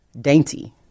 dainty